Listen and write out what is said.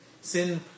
Sin